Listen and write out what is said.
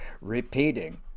repeating